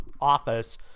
office